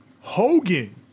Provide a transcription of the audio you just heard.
Hogan